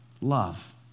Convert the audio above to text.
love